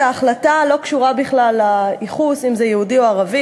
ההחלטה אינה קשורה בכלל לייחוס אם זה יישוב יהודי או ערבי.